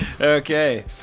okay